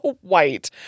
white